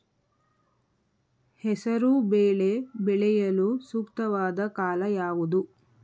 ಹೆಸರು ಬೇಳೆ ಬೆಳೆಯಲು ಸೂಕ್ತವಾದ ಕಾಲ ಯಾವುದು?